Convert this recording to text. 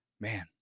man